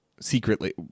secretly